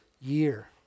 year